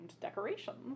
decorations